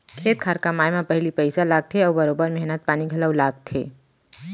खेत खार कमाए म पहिली पइसा लागथे अउ बरोबर मेहनत पानी घलौ लागथे